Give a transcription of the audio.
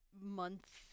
month